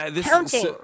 counting